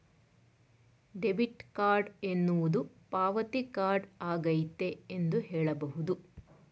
debit card ಎನ್ನುವುದು ಪಾವತಿ card ಆಗೈತೆ ಎಂದು ಹೇಳಬಹುದು